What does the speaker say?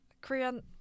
Korean